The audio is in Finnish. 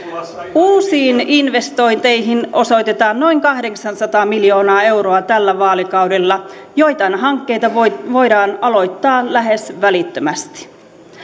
uusiin investointeihin osoitetaan noin kahdeksansataa miljoonaa euroa tällä vaalikaudella joitain hankkeita voidaan voidaan aloittaa lähes välittömästi